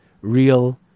real